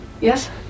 Yes